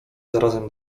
zarazem